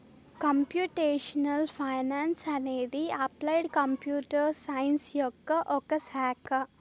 computational finance అనేది applied computer science యొక్క ఒక శాఖ